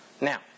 now